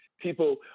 people